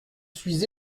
suis